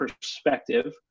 perspective